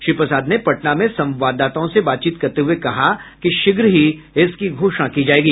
श्री प्रसाद ने पटना में संवाददाताओं से बातचीत करते हुए कहा कि शीघ्र ही इसकी घोषणा की जायेगी